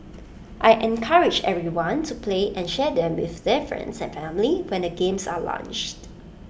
I encourage everyone to play and share them with their friends and family when the games are launched